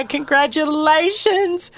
Congratulations